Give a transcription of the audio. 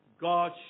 God